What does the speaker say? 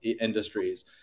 industries